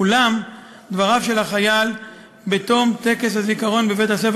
אולם דבריו של החייל בתום טקס הזיכרון בבית-הספר